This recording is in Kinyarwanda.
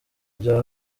bya